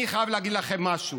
אני חייב להגיד לכם משהו: